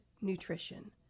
nutrition